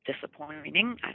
disappointing